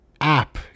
app